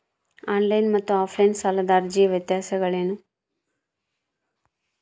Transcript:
On line ಮತ್ತು offline ಸಾಲದ ಅರ್ಜಿಯ ವ್ಯತ್ಯಾಸಗಳೇನು?